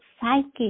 psychic